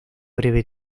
breve